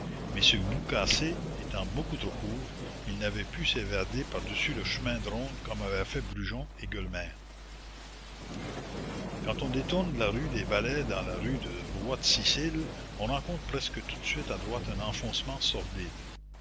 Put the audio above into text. mais ce bout cassé étant beaucoup trop court il n'avait pu s'évader par-dessus le chemin de ronde comme avaient fait brujon et gueulemer quand on détourne de la rue des ballets dans la rue du roi de sicile on rencontre presque tout de suite à droite un enfoncement sordide